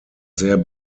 sehr